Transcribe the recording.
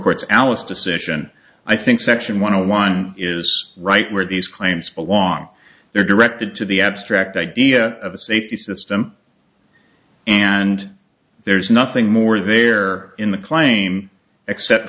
court's alice decision i think section one hundred one is right where these claims belong they're directed to the abstract idea of a safety system and there's nothing more there in the claim except